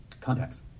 Contacts